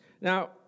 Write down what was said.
Now